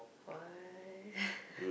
what